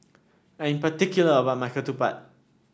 I am particular about my ketupat